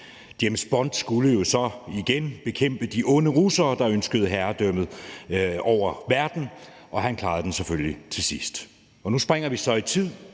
James Bond skulle jo så igen bekæmpe de onde russere, der ønskede herredømmet over verden, og han klarede den selvfølgelig til sidst. Nu springer vi så i tid.